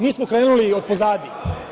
Mi smo krenuli otpozadi.